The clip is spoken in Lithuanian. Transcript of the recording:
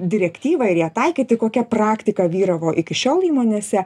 direktyvą ir ją taikyti kokia praktika vyravo iki šiol įmonėse